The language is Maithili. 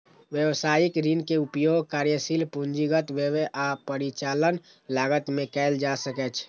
व्यवसायिक ऋण के उपयोग कार्यशील पूंजीगत व्यय आ परिचालन लागत मे कैल जा सकैछ